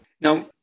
Now